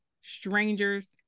strangers